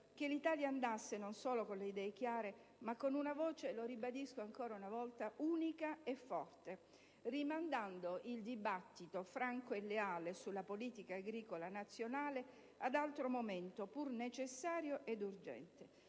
che l'Italia andasse non solo con le idee chiare, ma con una voce - lo ribadisco ancora una volta - unica e forte, rimandando il dibattito franco e leale sulla politica agricola nazionale ad altro momento, pur necessario ed urgente.